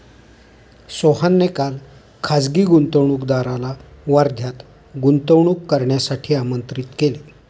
सोहनने काल खासगी गुंतवणूकदाराला वर्ध्यात गुंतवणूक करण्यासाठी आमंत्रित केले